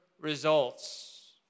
results